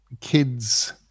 kids